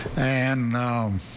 and now.